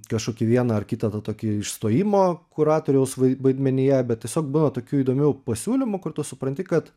kažkokį vieną ar kitą tą tokį istojimo kuratoriaus vaidmenyje bet tiesiog būna tokių įdomių pasiūlymų kur tu supranti kad